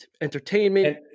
entertainment